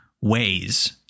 ways